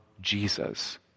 Jesus